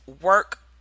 Work